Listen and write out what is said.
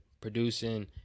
producing